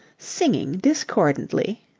singing discordantly.